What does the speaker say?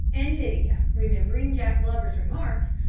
and lydia, remembering jack glover's remarks,